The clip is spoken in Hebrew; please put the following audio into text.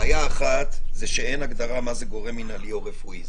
בעיה אחת היא שאין הגדרה מה זה גורם מנהלי או רפואי.